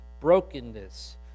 brokenness